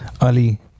Ali